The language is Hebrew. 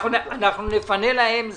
אנחנו נפנה להם זמן.